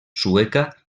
sueca